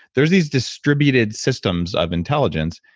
there's these distributed systems of intelligence,